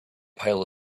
pile